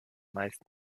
meisten